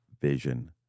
vision